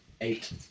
Eight